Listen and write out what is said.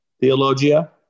theologia